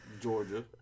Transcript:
Georgia